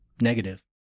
negative